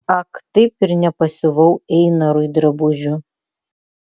ak taip ir nepasiuvau einarui drabužių